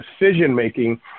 decision-making